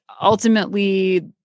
ultimately